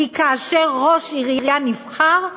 כי כאשר ראש עירייה נבחר,